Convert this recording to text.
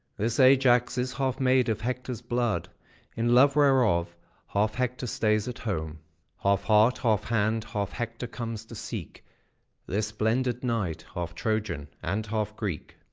this ajax is half made of hector's blood in love whereof half hector stays at home half heart, half hand, half hector comes to seek this blended knight, half troyan and half greek.